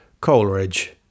Coleridge